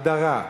הדָרה.